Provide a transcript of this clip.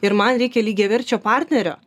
ir man reikia lygiaverčio partnerio